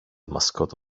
mascot